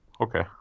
Okay